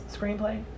screenplay